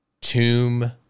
tomb